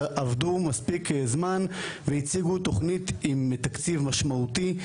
אבל עבדו מספיק זמן והציגו תוכנית עם תקציב משמעותי.